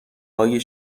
های